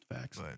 Facts